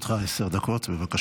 לרשותך עשר דקות, בבקשה.